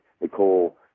Nicole